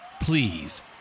Please